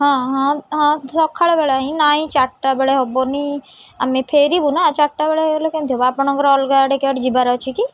ହଁ ହଁ ହଁ ସକାଳ ବେଳେ ହିଁ ନାଇଁ ଚାରିଟା ବେଳେ ହବନି ଆମେ ଫେରିବୁ ନା ଚାରିଟା ବେଳେ ହେଲେ କେମିତି ହବ ଆପଣଙ୍କର ଅଲଗା କେଡ଼େ ଯିବାର ଅଛି କି